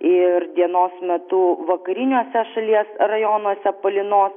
ir dienos metu vakariniuose šalies rajonuose palynos